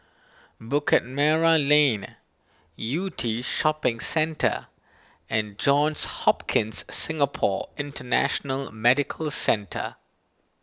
Bukit Merah Lane Yew Tee Shopping Centre and Johns Hopkins Singapore International Medical Centre